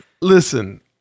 listen